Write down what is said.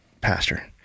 Pastor